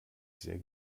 sehr